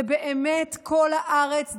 זה באמת "כל הארץ דגלים,